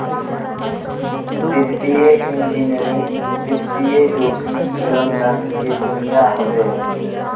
वित्तीय इंजीनियरिंग वित्तीय जोखिम प्रबंधन के दुनिया हवे